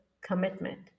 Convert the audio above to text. commitment